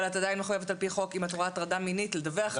אבל את עדיין מחויבת על-פי החוק אם את רואה הטרדה מינית ולדווח עליה.